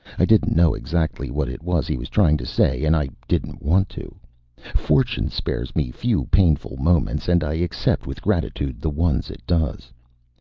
i didn't know exactly what it was he was trying to say and i didn't want to fortune spares me few painful moments, and i accept with gratitude the ones it does.